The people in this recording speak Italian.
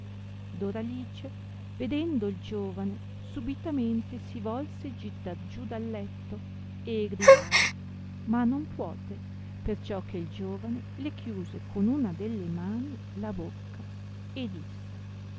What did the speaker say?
doralice vedendo il giovane subitamente si volse gittar giù dal letto e gridare ma non puote perciò che il giovane le chiuse con una delle mani la bocca e disse